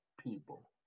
people